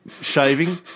shaving